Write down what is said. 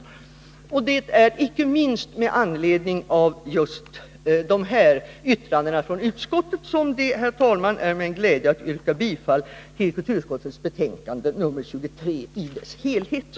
Det är icke minst med anledning just av dessa yttranden från utskottet som det, herr talman, är mig en glädje att yrka bifall till kulturutskottets hemställan i dess helhet i betänkandet nr 23.